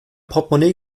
portmonee